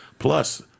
Plus